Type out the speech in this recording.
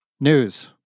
News